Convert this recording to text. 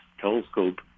telescope